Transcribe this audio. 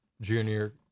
junior